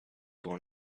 one